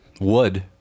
wood